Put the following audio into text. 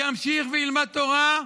ימשיך וילמד תורה,